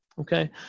okay